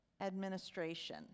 administration